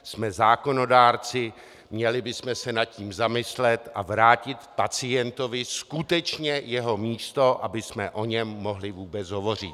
Jsme zákonodárci, měli bychom se nad tím zamyslet a vrátit pacientovi skutečně jeho místo, abychom o něm mohli vůbec hovořit.